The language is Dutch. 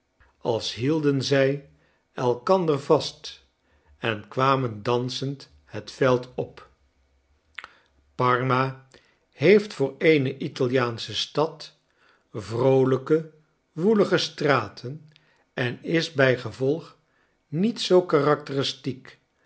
als hielden zij elkander vast en kwamen dansend het veld op parma heeft voor eene jtaliaansche stad vroolijke woelige straten en is bijgevolg niet zoo karakteristiek